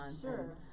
Sure